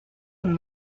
and